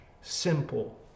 simple